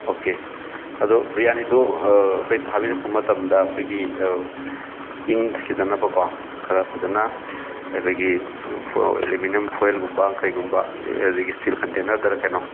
okay ꯑꯗꯣ ꯕꯤꯔꯌꯥꯅꯤꯗꯨ ꯑꯩꯈꯣꯏ ꯊꯥꯕꯤꯔꯛꯄ ꯃꯇꯝꯗ ꯑꯩꯈꯣꯏꯒꯤ ꯏꯪꯊꯈꯤꯗꯅꯕꯀꯣ ꯈꯔ ꯐꯖꯅ ꯑꯩꯈꯣꯏꯒꯤ ꯏꯜꯂꯨꯃꯤꯅꯤꯌꯝ ꯐꯨꯑꯦꯜꯒꯨꯝꯕ ꯀꯩꯒꯨꯝꯕ ꯑꯗꯒꯤ ꯏꯁꯇꯤꯜ ꯀꯟꯇꯦꯅꯔꯗꯔ ꯀꯩꯅꯣ